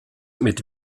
mit